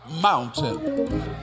mountain